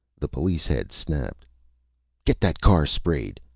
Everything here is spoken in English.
the police head snapped get that car sprayed!